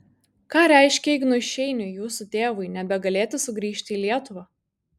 ką reiškė ignui šeiniui jūsų tėvui nebegalėti sugrįžti į lietuvą